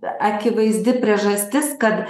akivaizdi priežastis kad